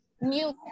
new